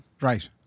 Right